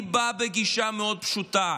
אני בא בגישה מאוד פשוטה: